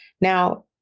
Now